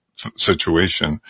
situation